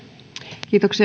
kiitos